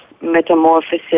metamorphosis